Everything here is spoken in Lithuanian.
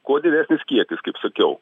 kuo didesnis kiekis kaip sakiau